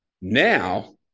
Now